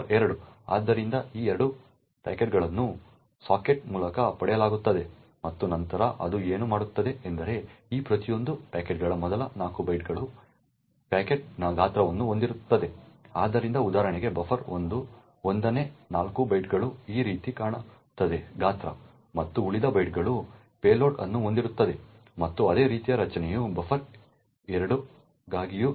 ಆದ್ದರಿಂದ ಈ 2 ಪ್ಯಾಕೆಟ್ಗಳನ್ನು ಸಾಕೆಟ್ಗಳ ಮೂಲಕ ಪಡೆಯಲಾಗುತ್ತದೆ ಮತ್ತು ನಂತರ ಅದು ಏನು ಮಾಡುತ್ತದೆ ಎಂದರೆ ಈ ಪ್ರತಿಯೊಂದು ಪ್ಯಾಕೆಟ್ಗಳ ಮೊದಲ 4 ಬೈಟ್ಗಳು ಪ್ಯಾಕೆಟ್ನ ಗಾತ್ರವನ್ನು ಹೊಂದಿರುತ್ತವೆ ಆದ್ದರಿಂದ ಉದಾಹರಣೆಗೆ ಬಫರ್1 1 ನೇ 4 ಬೈಟ್ಗಳು ಈ ರೀತಿ ಕಾಣುತ್ತದೆ ಗಾತ್ರ ಮತ್ತು ಉಳಿದ ಬೈಟ್ಗಳು ಪೇಲೋಡ್ ಅನ್ನು ಹೊಂದಿರುತ್ತದೆ ಮತ್ತು ಅದೇ ರೀತಿಯ ರಚನೆಯು ಬಫರ್ 2 ಗಾಗಿಯೂ ಇರುತ್ತದೆ